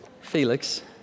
Felix